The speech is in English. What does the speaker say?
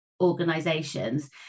organizations